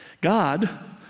God